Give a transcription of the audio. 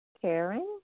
Karen